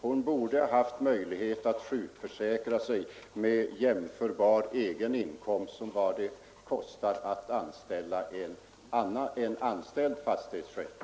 Hon borde ha haft möjlighet att sjukförsäkra sig för vad det kostar att anställa en fastighetsskötare.